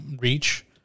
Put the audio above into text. Reach